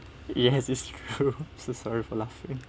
yes it's true so sorry for laughing